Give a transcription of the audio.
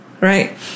right